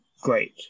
great